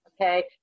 Okay